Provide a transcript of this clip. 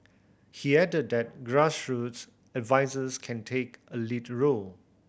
he added that grassroots advisers can take a lead role